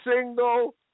single